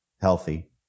healthy